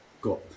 got